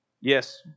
yes